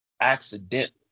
accidentally